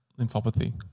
lymphopathy